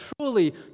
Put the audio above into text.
truly